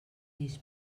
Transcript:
eix